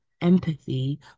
empathy